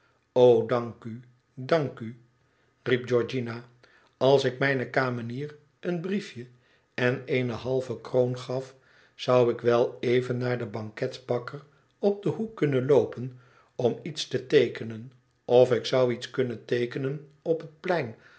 dank u dank ui riep georana als ik mijne kamenier een briefje en eene halve kroon gaf zou k wel even naar den banketbakker op den hoek kunnen loopen om iets te teekenen of ik zou iets kunnen teekenen op het plein